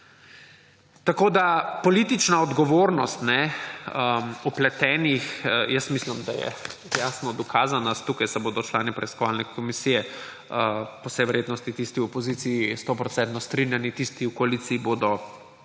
Tako politična odgovornost vpletenih, mislim, da je jasno dokazana, tukaj se bodo člani preiskovalne komisije, po vsej verjetnosti tisti v opoziciji stoprocentno strinjali, tisti v koaliciji bodo